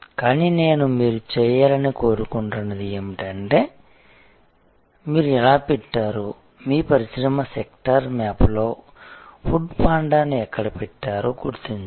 కానీ నేను మీరు చేయాలని కోరుకుంటున్నది ఏమిటంటే మీరు ఎలా పెట్టారో మీరు పరిశ్రమ సెక్టార్ మ్యాప్లో ఫుడ్ పాండాను ఎక్కడ పెట్టారో గుర్తించడం